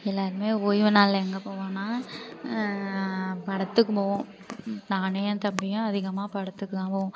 எல்லோருமே ஓய்வு நாளில் எங்கே போவோம்னா படத்துக்கு போவோம் நானும் என் தம்பியும் அதிகமாக படத்துக்கு தான் போவோம்